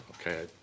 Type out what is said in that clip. Okay